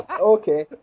Okay